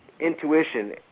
Intuition